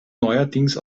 neuerdings